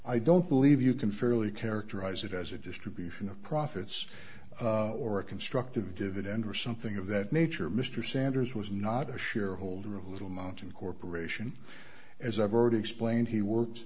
i don't believe you can fairly characterize it as a distribution of profits or a constructive dividend or something of that nature mr sanders was not a shareholder of little mountain corporation as i've already explained he works